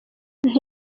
nti